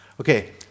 Okay